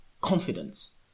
confidence